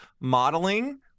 modeling